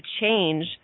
change